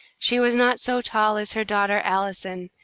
she was not so tall as her daughter allison,